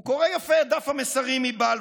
הוא קורא יפה את דף המסרים מבלפור.